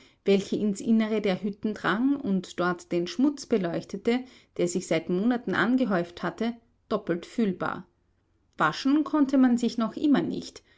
welche ins innere der hütten drang und dort den schmutz beleuchtete der sich seit monaten angehäuft hatte doppelt fühlbar waschen konnte man sich noch immer nicht